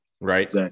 right